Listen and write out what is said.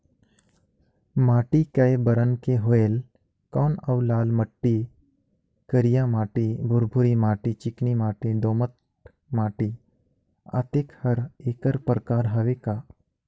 माटी कये बरन के होयल कौन अउ लाल माटी, करिया माटी, भुरभुरी माटी, चिकनी माटी, दोमट माटी, अतेक हर एकर प्रकार हवे का?